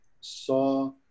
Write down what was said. saw